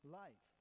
life